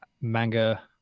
manga